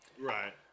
Right